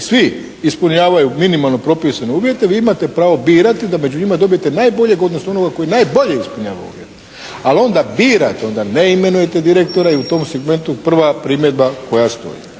svi ispunjavaju minimalno propisane uvjete vi imate pravo birati da među njima dobijete najboljeg, odnosno onoga koji najbolje ispunjava uvjete, ali onda birate, onda ne imenujete direktore i u tom segmentu prva primjedba koja stoji.